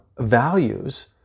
Values